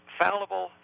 fallible